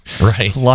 Right